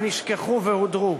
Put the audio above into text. אך נשכחו והודרו.